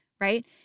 right